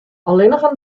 allinnich